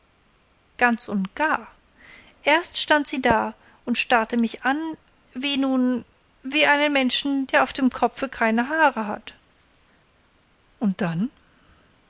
ganz und gar erst stand sie da und starrte mich an wie wie nun wie einen menschen der auf dem kopfe keine haare hat und dann